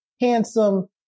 handsome